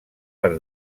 per